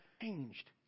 changed